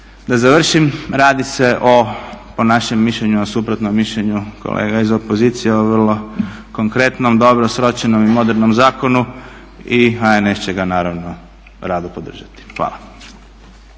Da završim, radi se o po našem mišljenju o suprotnom mišljenju kolega iz opozicije o vrlo konkretnom, dobro sročenom i modernom zakonu i HNS će na rado podržati. Hvala.